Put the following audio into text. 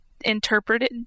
interpreted